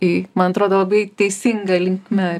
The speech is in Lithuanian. į man atrodo labai teisinga linkme